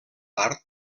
part